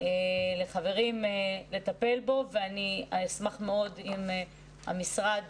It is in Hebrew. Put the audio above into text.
לחברים לטפל בו ואני אשמח מאוד אם המשרד